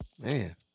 Man